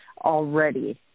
already